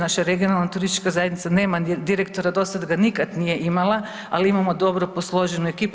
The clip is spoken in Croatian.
Naša regionalna turistička zajednica nema direktora, do sada ga nikad nije imala, ali imamo dobro posloženu ekipu.